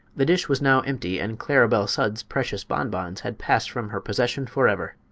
the dish was now empty, and claribel sudds' precious bonbons had passed from her possession forever!